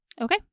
Okay